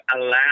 allow